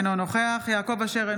אינו נוכח יעקב אשר,